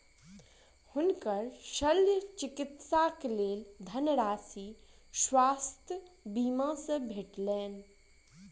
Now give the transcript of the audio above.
हुनकर शल्य चिकित्सा के लेल धनराशि स्वास्थ्य बीमा से भेटलैन